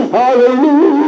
hallelujah